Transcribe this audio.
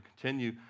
continue